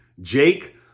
Jake